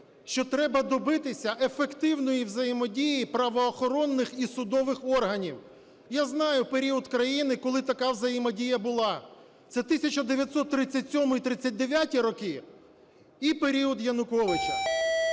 що треба добитися ефективної взаємодії правоохоронних і судових органів. Я знаю період країни, коли така взаємодія була. Це 1937-1939 роки і період Януковича.